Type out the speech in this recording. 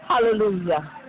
Hallelujah